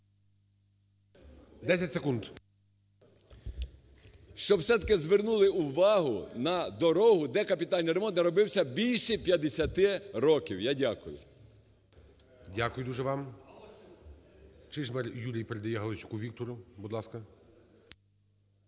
І.Д. ...щоб все-таки звернули увагу на дорогу, де капітальний ремонт не робився більше 50 років. Я дякую. ГОЛОВУЮЧИЙ. Дякую дуже вам. Чижмарь Юрій передає Галасюку Віктору. Будь ласка.